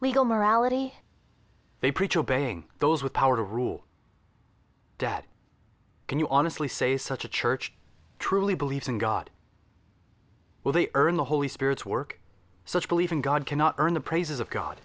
legal morality they preach obeying those with power to rule dead can you honestly say such a church truly believes in god well they earn the holy spirit's work such believe in god cannot earn the praises of god